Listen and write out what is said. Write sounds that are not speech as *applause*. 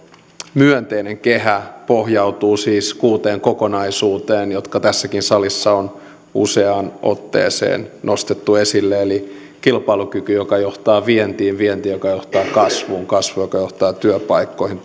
myönteinen kehä pohjautuu siis kuuteen kokonaisuuteen jotka tässäkin salissa on useaan otteeseen nostettu esille kilpailukykyyn joka johtaa vientiin vientiin joka johtaa kasvuun kasvuun joka johtaa työpaikkoihin *unintelligible*